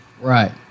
Right